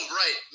right